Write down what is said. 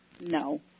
No